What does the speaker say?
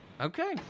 Okay